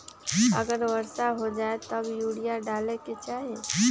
अगर वर्षा हो जाए तब यूरिया डाले के चाहि?